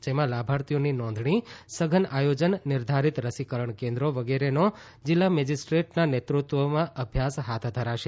જેમાં લાભાર્થીઓની નોંધણી સધન આયોજન નિર્ધારીત રસીકરણ કેન્દ્રો વગેરેનો જિલ્લા મેજીસ્ટ્રેટનાં નેતૃત્વમાં અભ્યાસ હાથ ધરાશે